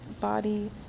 Body